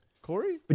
Corey